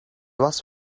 was